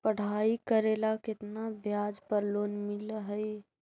पढाई करेला केतना ब्याज पर लोन मिल हइ?